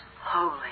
holy